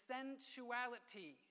sensuality